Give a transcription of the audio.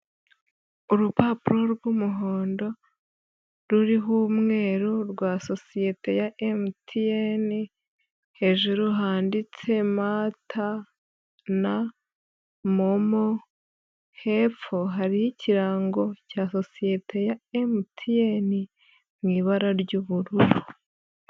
Urupapuro rw'umuhondo, ruriho umweru rwa sosiyete ya MTN, hejuru handitse ma ta na momo, hepfo hari ikirango cya sosiyete ya MTN mu ibara ry'ubururu.